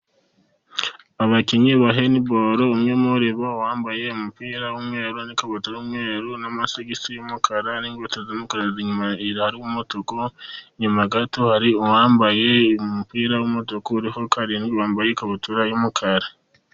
Abakinnyi ba handiboro umwe muri bo wambaye umupira w'umweru n'ikabutura y'umweru n'amasogisi y'umukara, n'injweto z'umutuku nyuma gato hari uwambaye umupira w'umutuku uri kuri karindwi wambaye ikabutura y'umukara.